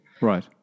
Right